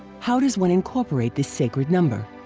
how does one incorporate this sacred number?